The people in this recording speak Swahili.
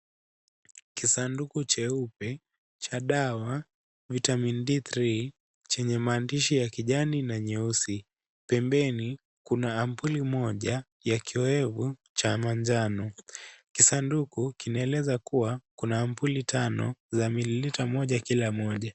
Kisanduku cheupe cha dawa Vitamin D3 chenye maandashi ya kijani na nyeupe na nyeusi. Pembeni kuna ampuli moja ya kiwevu cha manjano. Kisanduku kinaeleza kuwa kuna ampuli tano za mililita tano kila moja.